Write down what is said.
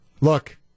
look